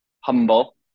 humble